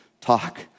talk